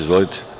Izvolite.